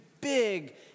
big